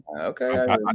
Okay